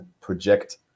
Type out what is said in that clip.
project